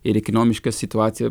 ir ekonomišką situaciją